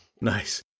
Nice